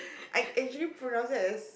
I actually pronounced that as